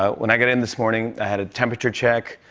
ah when i got in this morning, i had a temperature check,